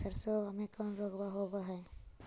सरसोबा मे कौन रोग्बा होबय है?